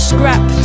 Scrap